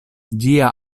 ĝia